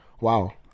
wow